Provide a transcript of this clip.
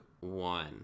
One